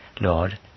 Lord